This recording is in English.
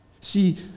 See